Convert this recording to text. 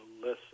listen